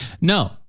No